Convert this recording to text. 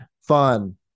Fun